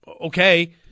okay